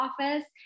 office